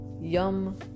yum